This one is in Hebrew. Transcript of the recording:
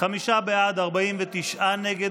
חמישה בעד, 49 נגד.